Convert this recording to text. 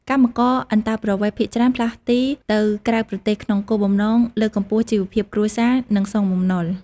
កម្មករអន្តោប្រវេសន៍ភាគច្រើនផ្លាស់ទីទៅក្រៅប្រទេសក្នុងគោលបំណងលើកកម្ពស់ជីវភាពគ្រួសារ និងសងបំណុល។